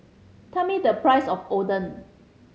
tell me the price of Oden